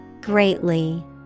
Greatly